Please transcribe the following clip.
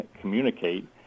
communicate